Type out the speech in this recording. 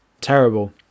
terrible